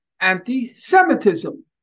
anti-semitism